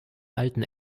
alten